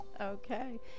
Okay